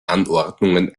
anordnungen